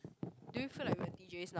do you feel like we are D_js now